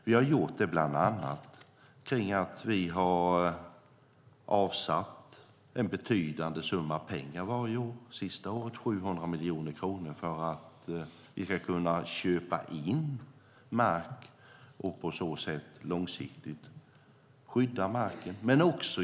Vi har gjort det bland annat genom att avsätta en betydande summa pengar varje år - senaste året 700 miljoner kronor - för att vi ska kunna köpa in mark och på så sätt långsiktigt skydda marken.